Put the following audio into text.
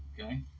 okay